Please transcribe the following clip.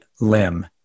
limb